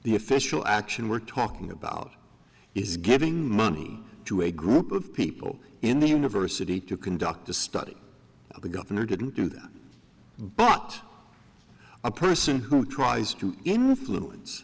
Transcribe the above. the official action we're talking about is giving money to a group of people in the university to conduct a study the governor didn't do that but a person who tries to influence